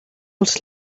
els